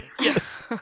Yes